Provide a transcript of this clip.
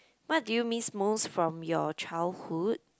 what do you miss most from your childhood